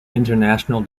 international